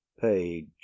page